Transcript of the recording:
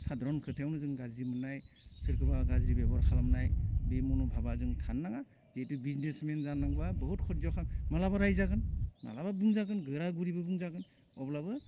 साधारन खोथायावनो जों गाज्रि मोननाय सोरखौबा गाज्रि बेबहार खालामनाय बे मनभाबा जों थानो नाङा जिहेथु बिजनेसमेन जानांगौवा बुहुत खुदज' खाम मालाबा रायजागोन मालाबा बुंजागोन गोरा गुरैबो बुंजागोन अब्लाबो